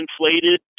inflated